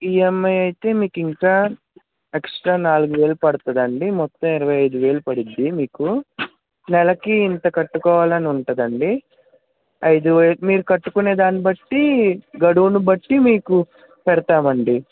EMI అయితే మీకింకా extra నాలుగు వేలు పడుతుందండి మొత్తం ఇరవై ఐదు వేలు పడుద్ది మీకు నెలకి ఇంత కట్టుకోవాలనుంటుందండి ఐదు వే మీరు కట్టుకునే దానిబట్టి గడువుని బట్టి మీకు పెడతామండి